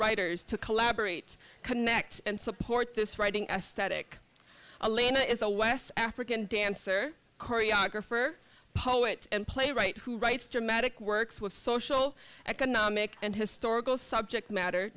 writers to collaborate connect and support this writing aesthetic alina is a west african dancer choreographer poet and playwright who writes dramatic works with social economic and historical subject matter